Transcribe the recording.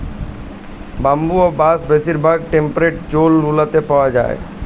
bamboo বা বাঁশ বেশির ভাগ টেম্পরেট জোল গুলাতে পাউয়া যায়